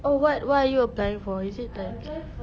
oh what what are you applying for is it that